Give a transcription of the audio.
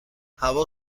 هوا